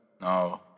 No